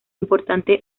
importante